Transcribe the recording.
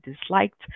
disliked